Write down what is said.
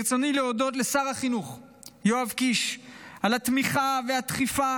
ברצוני להודות לשר החינוך יואב קיש על התמיכה והדחיפה,